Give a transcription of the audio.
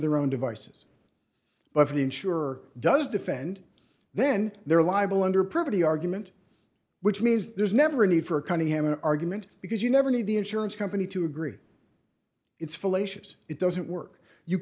their own devices but if the insurer does defend then they're liable under pretty argument which means there's never a need for a cunningham an argument because you never need the insurance company to agree it's fallacious it doesn't work you